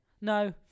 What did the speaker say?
No